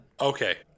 okay